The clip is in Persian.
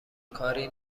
کاری